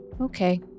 Okay